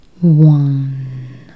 One